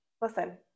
Listen